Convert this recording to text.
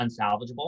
unsalvageable